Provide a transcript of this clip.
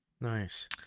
nice